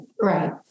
Right